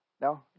No